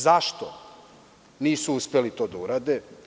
Zašto nisu uspeli to da urade?